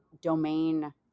domain